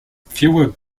fewer